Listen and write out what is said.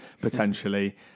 potentially